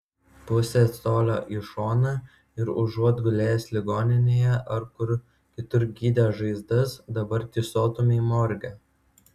pusė colio į šoną ir užuot gulėjęs ligoninėje ar kur kitur gydęs žaizdas dabar tysotumei morge